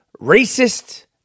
racist